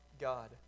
God